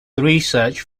research